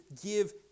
give